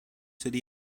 city